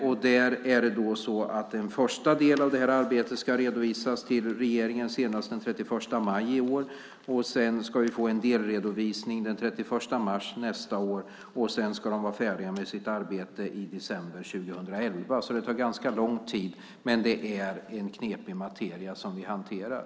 En första del av det här arbetet ska senast den 31 maj i år redovisas till regeringen. Den 31 mars nästa år ska vi få en delredovisning. I december 2009 ska man vara färdig med sitt arbete. Det tar alltså ganska lång tid, men det är också en knepig materia som vi hanterar.